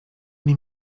nie